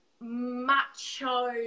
macho